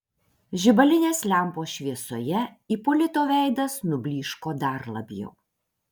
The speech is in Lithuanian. žibalinės lempos šviesoje ipolito veidas nublyško dar labiau